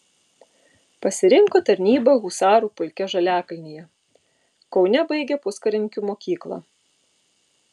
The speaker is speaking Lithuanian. pasirinko tarnybą husarų pulke žaliakalnyje kaune baigė puskarininkių mokyklą